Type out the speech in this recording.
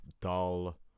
dull